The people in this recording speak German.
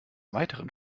weiteren